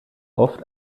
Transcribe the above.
oft